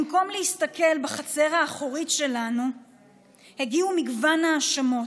במקום להסתכל בחצר האחורית שלנו הגיע מגוון האשמות,